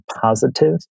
positive